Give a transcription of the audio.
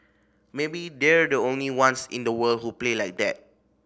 maybe they're the only ones in the world who play like that